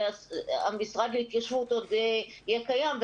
המשרד להתיישבות יהיה קיים,